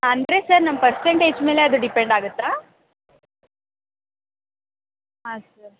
ಅಂದರೆ ಸರ್ ನಮ್ಮ ಪರ್ಸೆಂಟೇಜ್ ಮೇಲೆ ಅದು ಡಿಪೆಂಡ್ ಆಗುತ್ತಾ ಹಾಂ ಸರ್